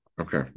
okay